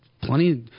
plenty